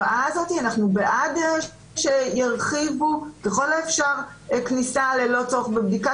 בעד שירחיבו ככל האפשר כניסה ללא צורך בבדיקה,